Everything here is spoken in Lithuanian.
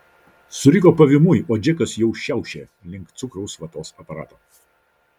suriko pavymui o džekas jau šiaušė link cukraus vatos aparato